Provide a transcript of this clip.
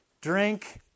drink